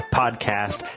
podcast